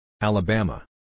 Alabama